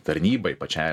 tarnybai pačiai